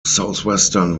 southwestern